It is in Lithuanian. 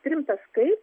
trim taškais